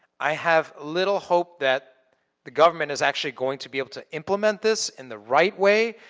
i have little hope that the government is actually going to be able to implement this in the right way.